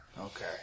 Okay